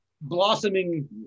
blossoming